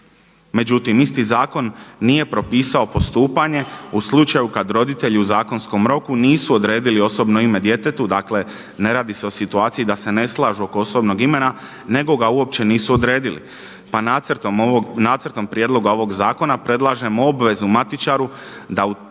Međutim, isti zakon nije propisao postupanje u slučaju kad roditelji u zakonskom roku nisu odredili osobno ime djetetu, dakle ne radi se o situaciji da se ne slažu oko osobnog imena, nego ga uopće nisu odredili. Pa nacrtom prijedloga ovog Zakona predlažemo obvezu matičaru da u